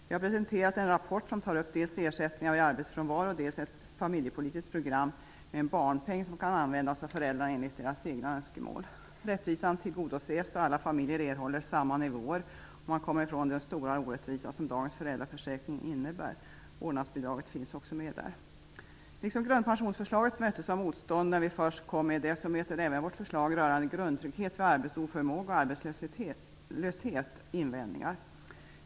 Vi har presenterat en rapport som tar upp dels ersättningar vid arbetsfrånvaro, dels ett familjepolitiskt program med en barnpeng som kan användas av föräldrarna enligt deras egna önskemål. Rättvisan tillgodoses då alla familjer erhåller samma nivåer. Man kommer ifrån den stora orättvisa som dagens föräldraförsäkring innebär. Vårdnadsbidraget finns också med där. Liksom grundpensionsförslaget möttes av motstånd när vi först kom med det möter även vårt förslag rörande grundtrygghet vid arbetsoförmåga och arbetslöshet invändningar.